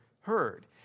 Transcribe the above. heard